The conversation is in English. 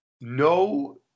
no